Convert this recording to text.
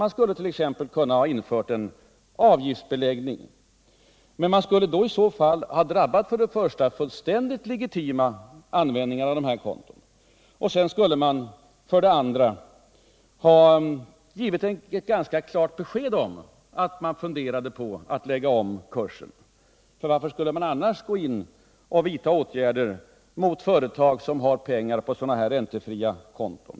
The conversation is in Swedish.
Man skulle t.ex. ha kunnat införa en avgiftsbeläggning, men man skulle i så fall för det första ha drabbat fullständigt legitima användningar av dessa konton och för det andra ha givit ett ganska klart besked om att man funderar på att lägga om kursen. Varför skulle man annars gå in och vidta åtgärder mot företag som har pengar på sådana här räntefria konton?